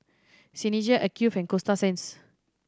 Seinheiser Acuvue and Coasta Sands